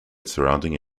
surrounding